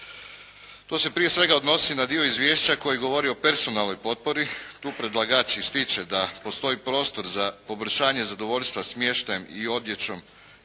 To se prije svega odnosi na dio izvješća koji govori o personalnoj potpori, tu predlagač ističe da postoji prostor za poboljšanje zadovoljstva, smještajem i odjećom